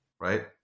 right